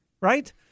Right